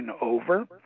over